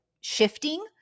shifting